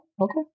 Okay